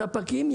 הספקים,